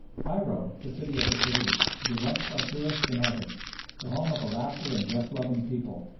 cairo, the city of the caliphs, beloved by tourists and artists, the home of a laughter and jest-loving people,